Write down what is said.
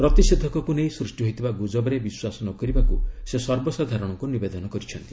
ପ୍ରତିଷେଧକକୁ ନେଇ ସୂଷ୍ଟି ହୋଇଥିବା ଗୁଜବରେ ବିଶ୍ୱାସ ନକରିବାରୁ ସେ ସର୍ବସାଧାରଣଙ୍କୁ ନିବେଦନ କରିଛନ୍ତି